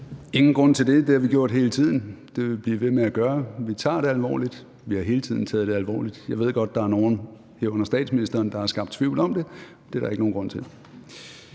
Ingen grund til det, for det har vi gjort hele tiden, og det vil vi blive ved med at gøre. Vi tager det alvorligt, vi har hele tiden taget det alvorligt. Jeg ved godt, at der er nogle, herunder statsministeren, der har skabt tvivl om det. Det er der ikke nogen grund til.